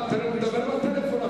הוא מדבר בטלפון,